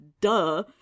duh